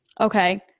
Okay